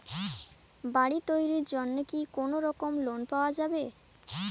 বাড়ি তৈরির জন্যে কি কোনোরকম লোন পাওয়া যাবে?